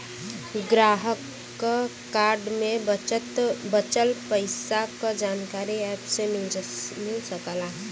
ग्राहक क कार्ड में बचल पइसा क जानकारी एप से मिल सकला